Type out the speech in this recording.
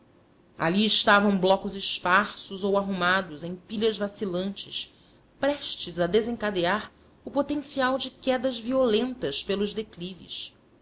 ali estavam blocos esparsos ou arrumados em pilhas vacilantes prestes a desencadear o potencial de quedas violentas pelos declives